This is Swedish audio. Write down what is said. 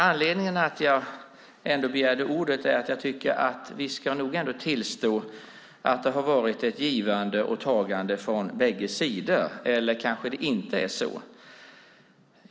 Anledningen till att jag ändå begärde ordet är att jag tycker att vi ska tillstå att det har varit ett givande och tagande från bägge sidor. Eller kanske är det inte så?